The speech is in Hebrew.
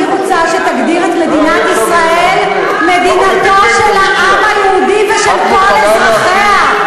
אני רוצה שתגדיר את מדינת ישראל: "מדינתו של העם היהודי ושל כל אזרחיה".